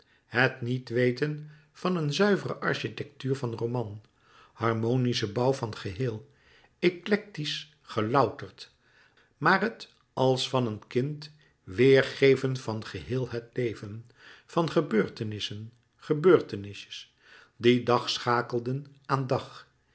het niet weten van een zuivere architectuur van roman harmonischen bouw van geheel louis couperus metamorfoze eclectisch gelouterd maar het als van een kind weêrgeven van gehéel het leven van gebeurtenissen gebeurtenisjes die dag schakelden aan dag